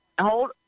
Hold